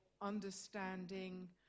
understanding